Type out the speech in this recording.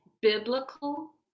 biblical